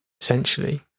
essentially